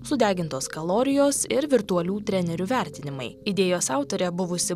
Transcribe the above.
sudegintos kalorijos ir virtualių trenerių vertinimai idėjos autorė buvusi